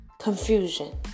confusion